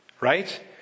right